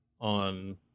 on